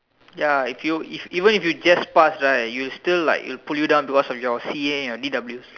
ya if you if even if you just pass right you'll still like it'll pull you down because of your C a and your D W S